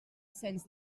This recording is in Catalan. cens